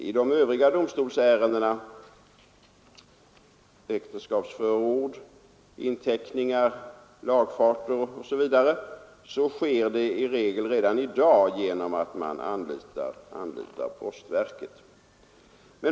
I de övriga domstolsärendena — äktenskapsförord, inteckningar, lagfarter osv. — upprätthålles kontakten i regel redan i dag genom att man anlitar postverket.